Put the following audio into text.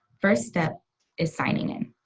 first step is signing in.